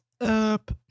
up